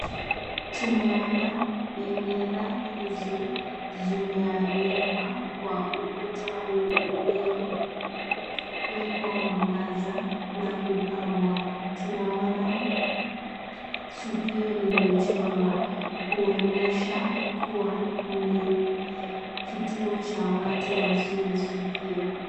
Tunaona bendera hizi zimeanikwa kwa ukuta huu ulio wekwa mwangaza na kupambwa. Tunaona sikio limechorwa kuonyesha kuwa ni kituo cha watu wasiosikia.